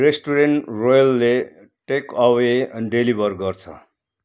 restaurant रोयलले takeaway deliver गर्छ